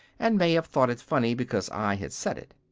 and may have thought it funny because i had said it.